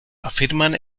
afirman